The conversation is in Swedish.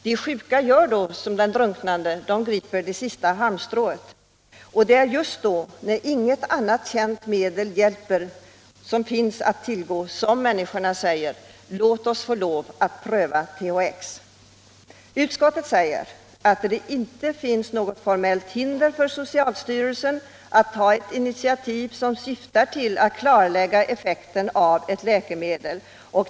De sjuka gör — sjukvården, m.m. då som den drunknande, de griper efter det sista halmstrået. Och det är just då, när inget annat känt och verksamt medel finns att tillgå, som människorna säger: Låt oss få lov att pröva med THX. Utskottet säger också att det inte finns något formellt hinder för socialstyrelsen att ta ett initiativ som syftar till att klarlägga effekten av ett läkemedel.